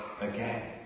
again